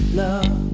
love